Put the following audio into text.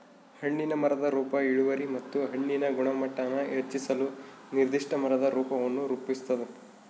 ಹಣ್ಣಿನ ಮರದ ರೂಪ ಇಳುವರಿ ಮತ್ತು ಹಣ್ಣಿನ ಗುಣಮಟ್ಟಾನ ಹೆಚ್ಚಿಸಲು ನಿರ್ದಿಷ್ಟ ಮರದ ರೂಪವನ್ನು ರೂಪಿಸ್ತದ